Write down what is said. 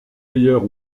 meilleurs